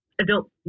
adult